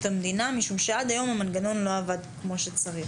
המדינה משום שעד היום המנגנון לא עבד כמו שצריך.